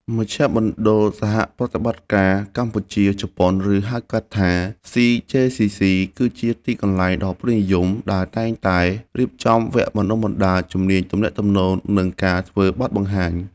មជ្ឈមណ្ឌលសហប្រតិបត្តិការកម្ពុជា-ជប៉ុន ឬហៅកាត់ថា ស៊ី-ជេ-ស៊ី-ស៊ី គឺជាទីកន្លែងដ៏ពេញនិយមដែលតែងតែរៀបចំវគ្គបណ្ដុះបណ្ដាលជំនាញទំនាក់ទំនង និងការធ្វើបទបង្ហាញ។